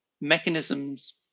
mechanisms